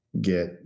get